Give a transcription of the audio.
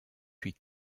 puis